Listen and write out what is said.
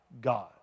God